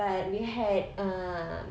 but we had uh